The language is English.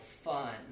fun